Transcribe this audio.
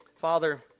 Father